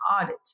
audit